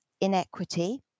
inequity